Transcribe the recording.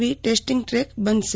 વી testing trunk બનશે